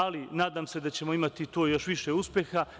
Ali, nadam se da ćemo imati tu još više uspeha.